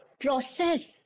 process